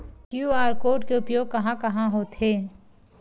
QR code के उपयोग कहां कहां होथे?